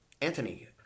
Anthony